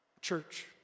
Church